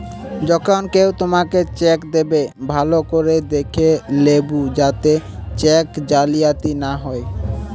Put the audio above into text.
যখন কেও তোমাকে চেক দেবে, ভালো করে দেখে লেবু যাতে চেক জালিয়াতি না হয়